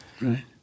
Right